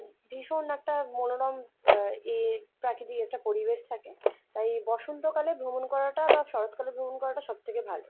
ভীষণ একটা মনোরম এই প্রাকিতিক একটা পরিবেশ থাকে তাই এই বসন্তকালে ভ্রমণ করাটা বা শরৎকালে ভ্রমণ করাটা সব থেকে ভালো